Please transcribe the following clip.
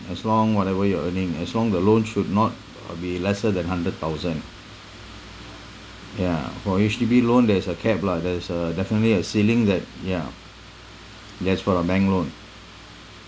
as long whatever you are earning as long the loan should not uh be lesser than hundred thousand yeah for H_D_B loan there is a cap lah there is uh definitely a ceiling that yeah that's for the bank loan